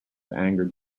angered